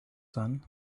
son